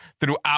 throughout